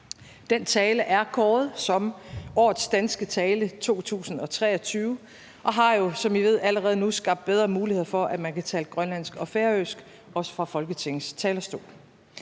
Den tale er kåret som årets danske tale i 2023 og har jo, som I ved, allerede nu skabt bedre muligheder for, at man kan tale grønlandsk og færøsk, også fra Folketingets talerstol.